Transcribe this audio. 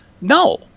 No